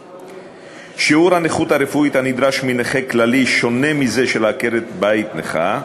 2. שיעור הנכות הרפואית הנדרש מנכה כללי שונה מזה של עקרת-בית נכה.